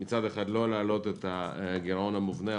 מצד אחד לא להעלות את הגירעון המובנה,